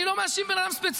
אני לא מאשים בן אדם ספציפי,